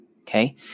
Okay